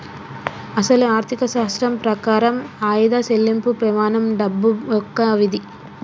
అసలు ఆర్థిక శాస్త్రం ప్రకారం ఆయిదా సెళ్ళింపు పెమానం డబ్బు యొక్క విధి